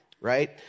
right